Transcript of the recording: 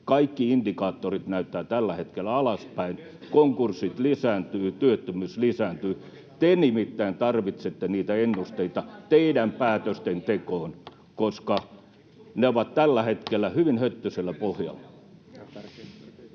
Kaikki indikaattorit näyttävät tällä hetkellä alaspäin: konkurssit lisääntyvät, työttömyys lisääntyy. Te nimittäin tarvitsette niitä ennusteita päätöstenne tekoon, koska ne ovat tällä hetkellä hyvin höttöisellä pohjalla.